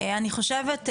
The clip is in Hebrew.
אני חושבת,